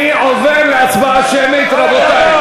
אני עובר להצבעה שמית, רבותי.